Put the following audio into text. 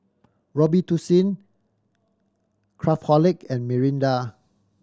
Robitussin Craftholic and Mirinda